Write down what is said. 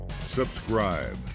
Subscribe